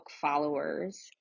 followers